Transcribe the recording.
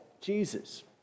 Jesus